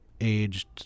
aged